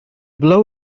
blow